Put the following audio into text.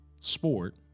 sport